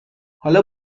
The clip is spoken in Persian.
حالا